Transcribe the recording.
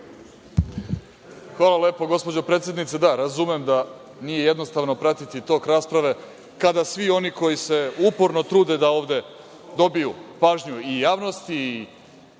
Hvala lepo, gospođo predsednice. Da, razumem da nije jednostavno pratiti tok rasprave kada svi oni koji se uporno trude da ovde dobiju pažnju i javnosti